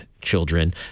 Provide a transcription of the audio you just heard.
children